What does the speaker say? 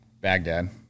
Baghdad